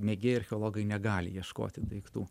mėgėjai archeologai negali ieškoti daiktų